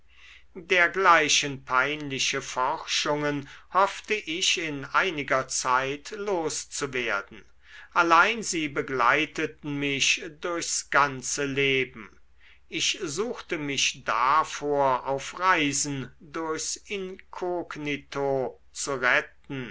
dergleichen peinliche forschungen hoffte ich in einiger zeit loszuwerden allein sie begleiteten mich durchs ganze leben ich suchte mich davor auf reisen durchs inkognito zu retten